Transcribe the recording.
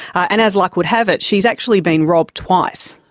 and, as luck would have it, she has actually been robbed twice.